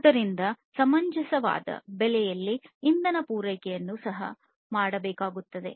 ಆದ್ದರಿಂದ ಸಮಂಜಸವಾದ ಬೆಲೆಯಲ್ಲಿ ಇಂಧನ ಪೂರೈಕೆಯನ್ನು ಸಹ ಮಾಡಬೇಕಾಗುತ್ತದೆ